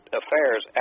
affairs